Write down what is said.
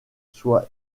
soit